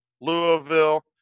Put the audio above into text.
Louisville